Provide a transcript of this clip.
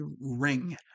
ring